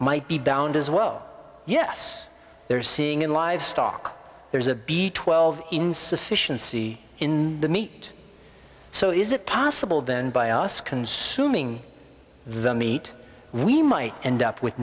might be downed as well yes they're seeing in livestock there's a b twelve insufficiency in the meat so is it possible then by us consuming the meat we might end up with